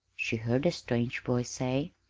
she heard a strange voice say,